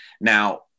Now